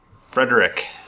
Frederick